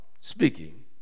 speaking